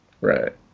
Right